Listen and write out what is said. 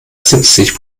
siebzig